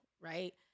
right